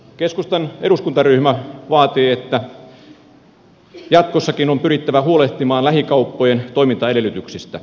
keskustan eduskuntaryhmä vaatii että jatkossakin on pyrittävä huolehtimaan lähikauppojen toimintaedellytyksistä